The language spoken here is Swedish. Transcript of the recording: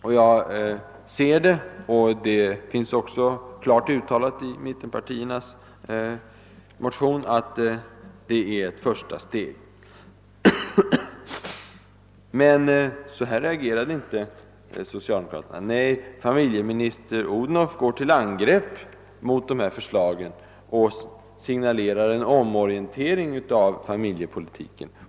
Som jag ser det — och detta fanns också klart uttalat i mittenpartiernas motion — är det ett första steg. Men så reagerar inte socialdemokraterna. Nej, familjeminister Odhnoff går till angrepp mot våra förslag och signa lerar en omorientering av familjepolitiken.